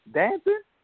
dancing